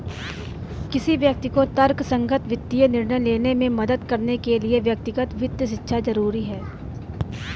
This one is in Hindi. किसी व्यक्ति को तर्कसंगत वित्तीय निर्णय लेने में मदद करने के लिए व्यक्तिगत वित्त शिक्षा जरुरी है